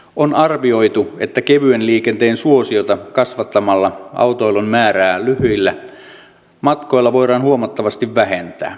on arvioitu että kevyen liikenteen suosiota kasvattamalla autoilun määrää lyhyillä matkoilla voidaan huomattavasti vähentää